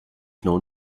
known